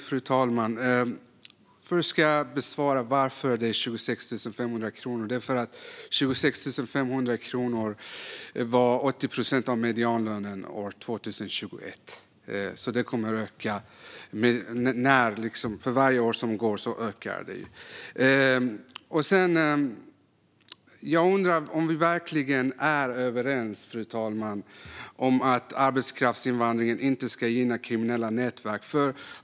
Fru talman! Först ska jag besvara frågan varför lönekravet är 26 500 kronor. Det beror på att 26 500 kronor är 80 procent av medianlönen för år 2021. För varje år som går kommer nivån alltså att höjas. Jag undrar om Jonny Cato och jag verkligen är överens om att arbetskraftsinvandringen inte ska gynna kriminella nätverk, fru talman.